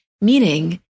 Meaning